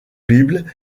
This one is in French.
bible